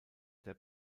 der